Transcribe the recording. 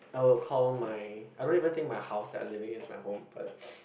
I would call my I don't even think my house that I'm living in is my home but